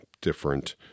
different